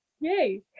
yay